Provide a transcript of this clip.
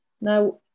Now